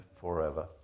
forever